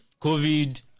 covid